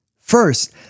First